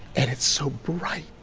and it's so bright,